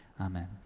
Amen